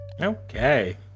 Okay